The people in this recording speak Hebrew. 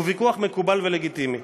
הוא ויכוח מקובל ולגיטימי.